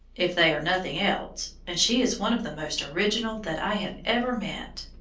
if they are nothing else, and she is one of the most original that i have ever met.